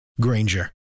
Granger